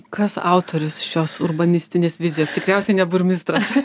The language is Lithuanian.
kas autorius šios urbanistinės vizijos tikriausiai ne burmistras